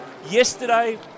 Yesterday